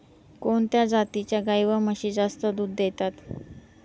कोणत्या जातीच्या गाई व म्हशी जास्त दूध देतात?